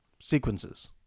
sequences